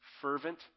fervent